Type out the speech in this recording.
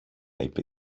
είπε